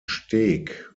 steg